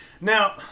Now